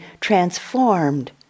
transformed